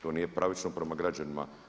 To nije pravično prema građanima.